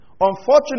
Unfortunately